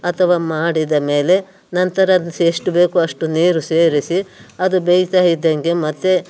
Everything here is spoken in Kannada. ಅಥವ ಮಾಡಿದ ಮೇಲೆ ನಂತರ ಅದಕ್ಕೆ ಎಷ್ಟು ಬೇಕೋ ಅಷ್ಟು ನೀರು ಸೇರಿಸಿ ಅದು ಬೇಯ್ತಾ ಇದ್ದಂಗೆ ಮತ್ತು